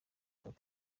hop